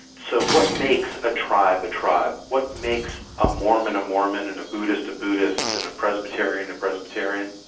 so what makes a tribe a tribe? what makes a mormon a mormon and a buddhist a buddhist and a presbyterian a presbyterian?